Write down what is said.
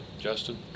Justin